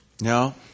No